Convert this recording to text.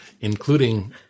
including